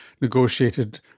negotiated